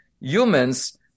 humans